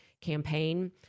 campaign